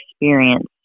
experience